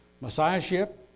messiahship